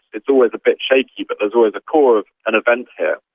it's always a bit shaky but there's always a core of an event here.